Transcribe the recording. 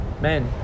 Man